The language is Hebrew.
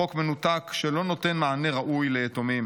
חוק מנותק שלא נותן מענה ראוי ליתומים.